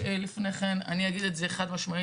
לפני כן, אני אגיד את זה חד-משמעית.